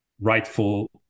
rightful